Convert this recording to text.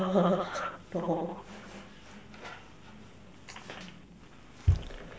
no